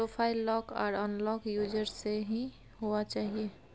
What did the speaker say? profile lock आर unlock user से ही हुआ चाहिए